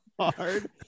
hard